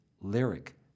lyric